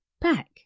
back